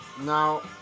Now